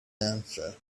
answer